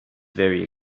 very